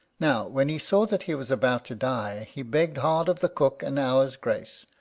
now when he saw that he was about to die, he begged hard of the cook an hour's grace,